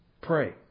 pray